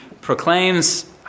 proclaims